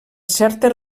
certes